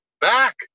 back